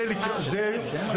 זה